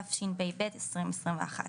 התשפ"ב-2021.